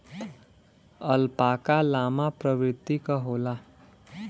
alpaca llama प्रवृत्ति क होला